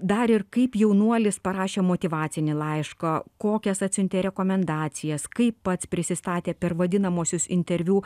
dar ir kaip jaunuolis parašė motyvacinį laišką kokias atsiuntė rekomendacijas kaip pats prisistatė per vadinamuosius interviu